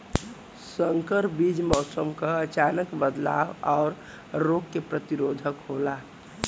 संकर बीज मौसम क अचानक बदलाव और रोग के प्रतिरोधक होला